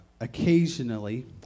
Occasionally